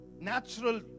Natural